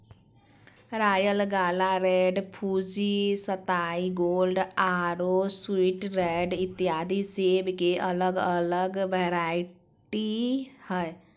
royal gala, red Fuji, सताई gold आरो sweet red इत्यादि सेब के अलग अलग वैरायटी हय